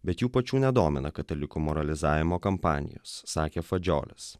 bet jų pačių nedomina katalikų moralizavimo kampanijos sakė fadžiolis